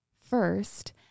First